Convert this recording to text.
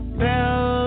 bell